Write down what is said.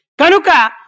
Kanuka